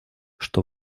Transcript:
что